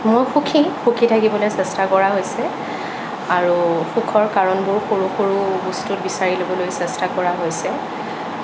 মই সুখী সুখী থাকিবলৈ চেষ্টা কৰা হৈছে আৰু সুখৰ কাৰণবোৰ সৰু সৰু বস্তুত বিচাৰি ল'বলৈ চেষ্টা কৰা হৈছে